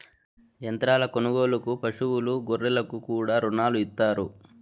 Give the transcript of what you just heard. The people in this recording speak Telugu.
యంత్రాల కొనుగోలుకు పశువులు గొర్రెలకు కూడా రుణాలు ఇత్తారు